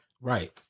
Right